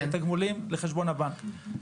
התגמולים לחשבון הבנק.